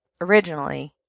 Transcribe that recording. originally